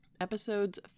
Episodes